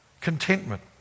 contentment